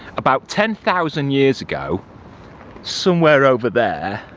about ten thousand years ago somewhere over there,